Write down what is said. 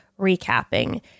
recapping